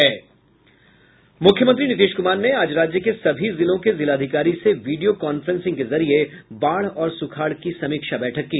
मुख्यमंत्री नीतीश कुमार ने आज राज्य के सभी जिलों के जिलाधिकारी से वीडियो कॉन्फ्रेंसिंग के जरिये बाढ़ और सुखाड़ की समीक्षा बैठक की